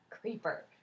Creeper